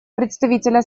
представителя